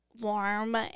warm